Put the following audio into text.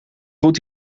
goed